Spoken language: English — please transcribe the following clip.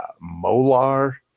Molar